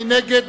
מי נגד?